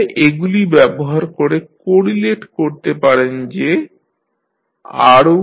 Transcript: তাহলে এগুলি ব্যবহার করে কোরিলেট করতে পারেন যে r1N2r2N1